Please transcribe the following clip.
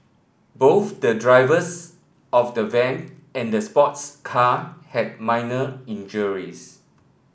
both the drivers of the van and the sports car had minor injuries